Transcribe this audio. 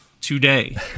today